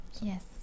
Yes